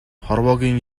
хорвоогийн